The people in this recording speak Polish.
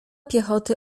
piechoty